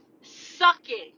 sucking